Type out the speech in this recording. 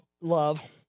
love